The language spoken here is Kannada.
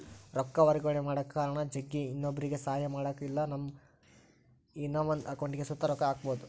ರೊಕ್ಕ ವರ್ಗಾವಣೆ ಮಾಡಕ ಕಾರಣ ಜಗ್ಗಿ, ಇನ್ನೊಬ್ರುಗೆ ಸಹಾಯ ಮಾಡಕ ಇಲ್ಲಾ ನಮ್ಮ ಇನವಂದ್ ಅಕೌಂಟಿಗ್ ಸುತ ರೊಕ್ಕ ಹಾಕ್ಕ್ಯಬೋದು